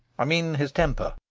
i mean his temper?